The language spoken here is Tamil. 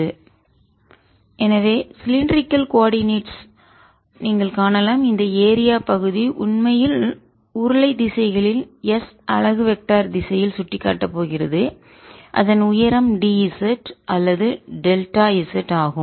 Fxy2xi3yj எனவே சிலிண்டரிகள் கோர்டினட்ஸ் உருளை ஒருங்கிணைப்பில் நீங்கள் காணலாம் இந்த ஏரியா பகுதி உண்மையில் உருளை திசைகளில் s அலகு வெக்டர் திசையில் சுட்டிக்காட்டப் போகிறது அதன் உயரம் d z அல்லது டெல்டா z ஆகும்